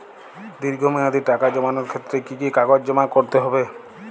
দীর্ঘ মেয়াদি টাকা জমানোর ক্ষেত্রে কি কি কাগজ জমা করতে হবে?